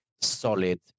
solid